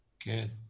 Good